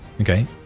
okay